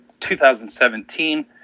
2017